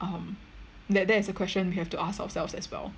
um that that is the question we have to ask ourselves as well